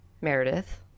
meredith